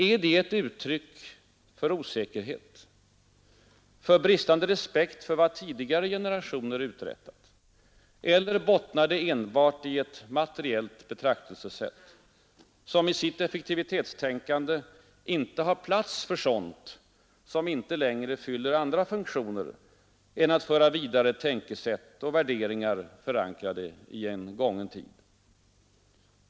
Är det ett uttryck för osäkerhet, för bristande respekt för vad tidigare generationer uträttat, eller bottnar det enbart i ett materiellt betraktelsesätt, som i sitt effektivitetstänkande inte har plats för sådant som inte längre fyller andra funktioner än att föra vidare tänkesätt och värderingar förankrade i en gången tid?